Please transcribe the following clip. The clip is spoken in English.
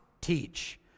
teach